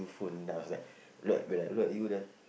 dream phone then I was like look when I look at you then